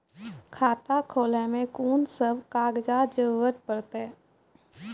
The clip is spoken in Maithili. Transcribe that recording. खाता खोलै मे कून सब कागजात जरूरत परतै?